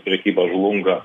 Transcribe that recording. prekyba žlunga